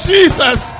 Jesus